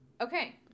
Okay